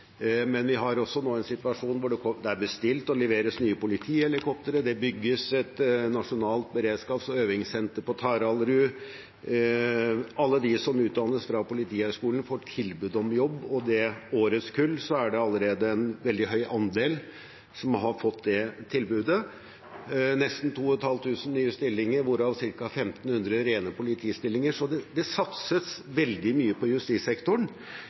men vi har nå også en situasjon der det er bestilt og leveres nye politihelikoptre, der det bygges et nasjonalt beredskaps- og øvingssenter på Taraldrud, og der alle de som utdannes fra Politihøgskolen, får tilbud om jobb, og i årets kull er det allerede en veldig høy andel som har fått det tilbudet – nesten 2 500 nye stillinger, hvorav ca. 1 500 rene politistillinger. Det satses veldig mye på justissektoren,